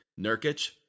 Nurkic